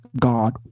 God